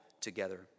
together